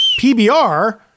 PBR